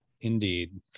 Indeed